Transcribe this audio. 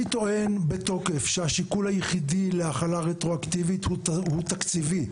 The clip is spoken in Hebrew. אני טוען בתוקף שהשיקול היחידי להחלה רטרואקטיבית הוא תקציבי,